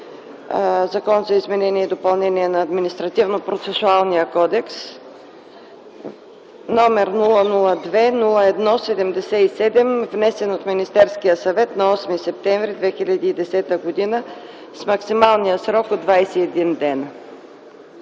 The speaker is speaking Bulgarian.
за изменение и допълнение на Административнопроцесуалния кодекс, № 002-01-77, внесен от Министерския съвет на 8 септември 2010 г. с максималния срок от 21 дни.